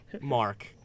Mark